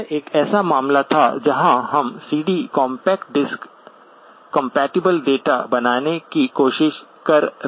यह एक ऐसा मामला था जहां हम CD compact disc compatible data बनाने की कोशिश कर रहे थे